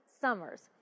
summers